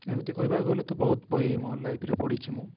ଏମିତି କହିବାକୁ ଗଲେ ତ ବହୁତ ବହି ମୋ ଲାଇଫ୍ରେ ପଢ଼ିଛି ମୁଁ